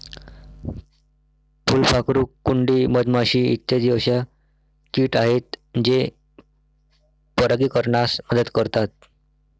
फुलपाखरू, कुंडी, मधमाशी इत्यादी अशा किट आहेत जे परागीकरणास मदत करतात